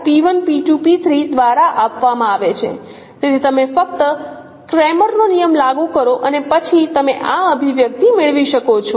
તેથી તમે ફક્ત ક્રેમર નો નિયમ લાગુ કરો અને પછી તમે આ અભિવ્યક્તિ મેળવી શકો છો